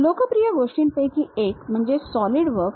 लोकप्रिय गोष्टींपैकी एक म्हणजे सॉलिडवर्क्स